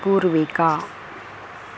Poorvika